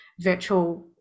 virtual